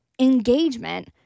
engagement